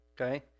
okay